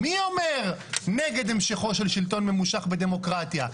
מי אומר "נגד המשכו של שלטון ממושך" בדמוקרטיה?